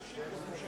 אחרי בוים.